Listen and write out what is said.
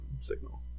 signal